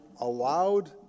allowed